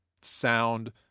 sound